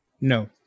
No